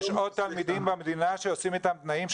יש עוד תלמידים במדינה שעושים איתם תנאים,